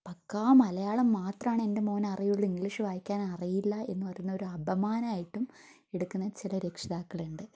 പക്കാ മലയാളം മാത്രമാണ് എൻ്റെ മകന് അറിയുള്ളു ഇംഗ്ലീഷ് വായിക്കാൻ അറിയില്ല എന്നു പറയുന്നത് ഒരു അപമാനം ആയിട്ടും എടുക്കുന്ന ചില രക്ഷിതാക്കളുണ്ട്